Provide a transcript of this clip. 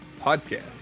podcast